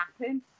happen